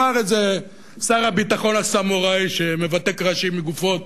אמר את זה שר הביטחון הסמוראי שמבתק ראשים מגופות.